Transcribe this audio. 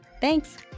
Thanks